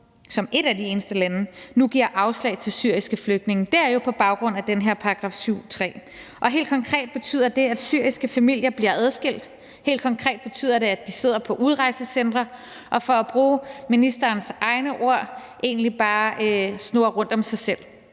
sammenligner os med, nu giver afslag til syriske flygtninge, jo § 7, stk. 3. Og helt konkret betyder det, at syriske familier bliver adskilt. Helt konkret betyder det, at de sidder på udrejsecentre og – for at bruge ministerens egne ord – egentlig bare snurrer rundt om sig selv;